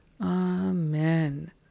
amen